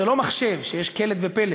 זה לא מחשב שיש קלט ופלט,